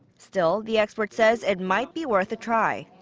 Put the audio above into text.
still, the expert says it might be worth a try.